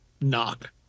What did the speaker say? knock